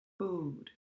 Food